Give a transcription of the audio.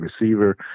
receiver